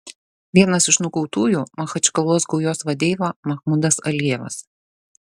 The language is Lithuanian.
vienas iš nukautųjų machačkalos gaujos vadeiva mahmudas alijevas